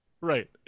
right